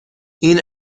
این